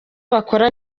bakora